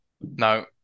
No